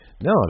No